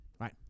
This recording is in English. right